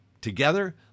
Together